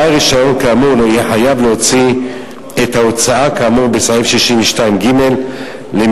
בעל רשיון כאמור לא יהיה חייב להוציא את ההוצאה כאמור בסעיף 62ג למימון